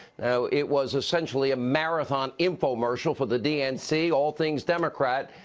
you know it was essentially a marathon infomercial for the dnc, all things democrat.